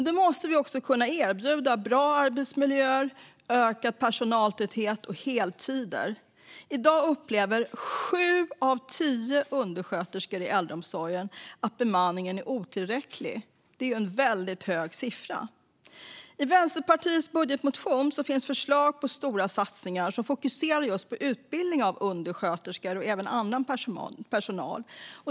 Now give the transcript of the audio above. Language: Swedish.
Då måste vi kunna erbjuda bra arbetsmiljö, ökad personaltäthet och heltidstjänster. I dag upplever sju av tio undersköterskor i äldreomsorgen att bemanningen är otillräcklig. Det är en väldigt hög andel. I Vänsterpartiets budgetmotion finns förslag på stora satsningar som fokuserar på just utbildning av undersköterskor och annan personal.